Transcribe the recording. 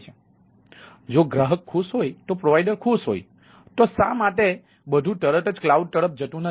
તેથી જો ગ્રાહક ખુશ હોય તો પ્રોવાઇડર ખુશ હોય તો શા માટે બધું તરત જ કલાઉડ તરફ જતું નથી